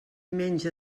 menja